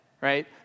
right